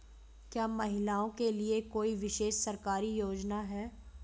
क्या महिलाओं के लिए कोई विशेष सरकारी योजना है?